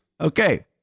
Okay